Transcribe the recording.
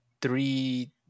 three